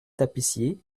tapissiers